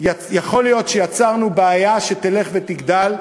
יכול להיות שיצרנו בעיה שתלך ותגדל,